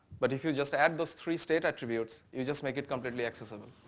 but if you just add those three state attributes you just make it completely accessible.